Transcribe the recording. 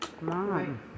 mom